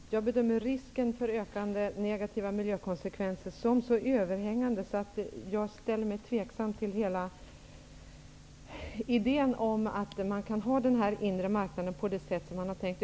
Herr talman! Jag bedömer risken för ökande negativa miljökonsekvenser som så överhängande att jag ställer mig tveksam till hela idén om att ha en inre marknad på det sätt som man har tänkt.